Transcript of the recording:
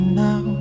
now